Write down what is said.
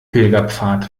pilgerpfad